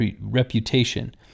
reputation